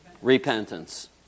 Repentance